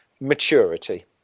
maturity